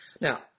Now